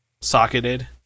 socketed